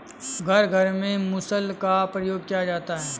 घर घर में मुसल का प्रयोग किया जाता है